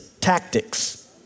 tactics